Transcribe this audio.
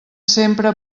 sempre